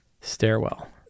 stairwell